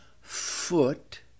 foot